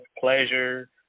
pleasure